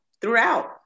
throughout